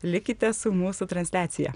likite su mūsų transliacija